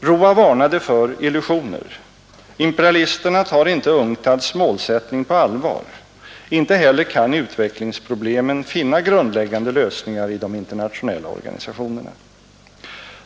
Roa varnade för illusioner; imperialisterna tar inte UNCTAD:s målsättningar på allvar, inte heller kan utvecklingsproblemen finna grundläggande lösningar i de internationella organisationerna.